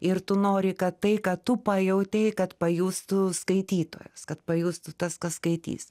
ir tu nori kad tai ką tu pajautei kad pajustų skaitytojas kad pajustų tas kas skaitys